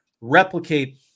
replicate